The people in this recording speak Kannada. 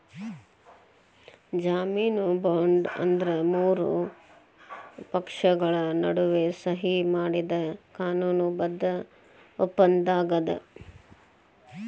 ಜಾಮೇನು ಬಾಂಡ್ ಅಂದ್ರ ಮೂರು ಪಕ್ಷಗಳ ನಡುವ ಸಹಿ ಮಾಡಿದ ಕಾನೂನು ಬದ್ಧ ಒಪ್ಪಂದಾಗ್ಯದ